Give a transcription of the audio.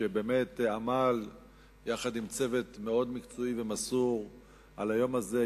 שבאמת עמל יחד עם צוות מאוד מקצועי ומסור על היום הזה,